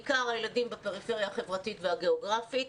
בעיקר הילדים בפריפריה החברתית והגיאוגרפית,